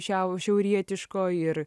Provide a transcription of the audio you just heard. šiau šiaurietiško ir